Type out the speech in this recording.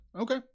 Okay